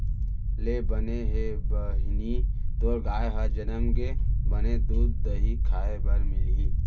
ले बने हे बहिनी तोर गाय ह जनम गे, बने दूद, दही खाय बर मिलही